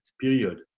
period